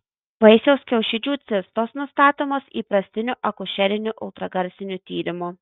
vaisiaus kiaušidžių cistos nustatomos įprastiniu akušeriniu ultragarsiniu tyrimu